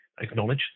acknowledge